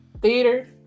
theater